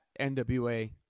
NWA